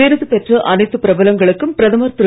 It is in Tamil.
விருது பெற்ற அனைத்து பிரபலங்களுக்கும் பிரதமர் திரு